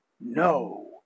No